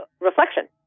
reflection